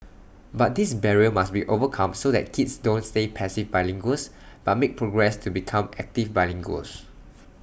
but this barrier must be overcome so that kids don't stay passive bilinguals but make progress to become active bilinguals